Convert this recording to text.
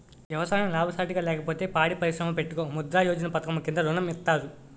ఎవసాయం లాభసాటిగా లేకపోతే పాడి పరిశ్రమ పెట్టుకో ముద్రా యోజన పధకము కింద ఋణం ఇత్తారు